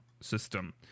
system